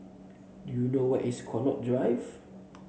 do you know where is Connaught Drive